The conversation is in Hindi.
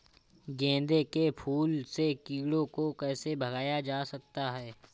गेंदे के फूल से कीड़ों को कैसे भगाया जा सकता है?